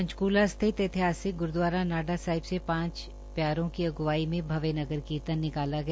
पंचकूला स्थित ऐतिहासिक गुरूद्वारा नाडा साहिब से पांच प्यारों की अगुवाई में भव्य नगर कीर्तन निकाला गया